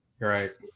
right